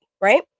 right